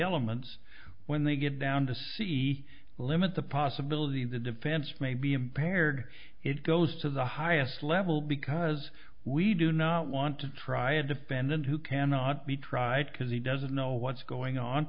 elements when they get down to see limit the possibility the defense may be impaired it goes to the highest level because we do not want to try a defendant who cannot be tried because he doesn't know what's going on